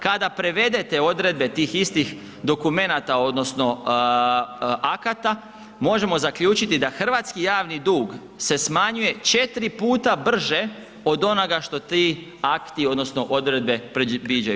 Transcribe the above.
Kada prevedete odredbe tih istih dokumenata odnosno akata možemo zaključiti da hrvatski javni dug se smanjuje 4 puta brže od onoga što ti akti odnosno odredbe predviđaju.